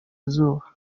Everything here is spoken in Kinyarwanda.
zuba